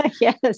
Yes